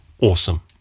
awesome